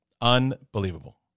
Unbelievable